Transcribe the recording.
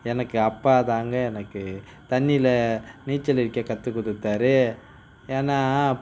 எனக்கு அப்பா தாங்க எனக்கு தண்ணியில நீச்சல் அடிக்க கற்றுக் கொடுத்தார் ஏன்னா